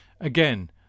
Again